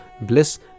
bliss